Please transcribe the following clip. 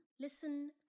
listen